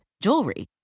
jewelry